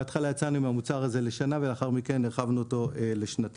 בהתחלה יצאנו עם המוצר הזה לשנה ולאחר מכן הרחבנו אותו לשנתיים.